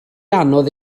anodd